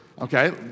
Okay